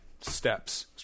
steps